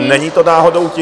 Není to náhodou tím?